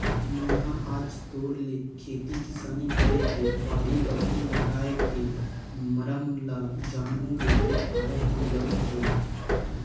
मेहा आज तोर ले खेती किसानी करे के बाड़ी, बखरी लागए के मरम ल जानहूँ कहिके आय हँव ग भाई